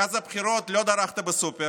מאז הבחירות לא דרכת בסופר,